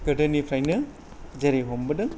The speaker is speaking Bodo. गोदोनिफ्रायनो जेरै हमबोदों